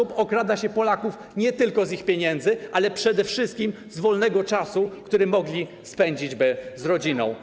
W ten sposób okrada się Polaków nie tylko z ich pieniędzy, ale przede wszystkim z wolnego czasu, który mogliby spędzić z rodziną.